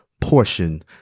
portion